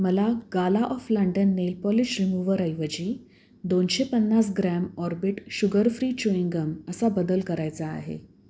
मला gala of London nail polish remover ऐवजी दोनशे पन्नास gram Orbit sugar free chewing gum असा बदल करायचा आहे